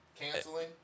Canceling